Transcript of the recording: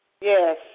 Yes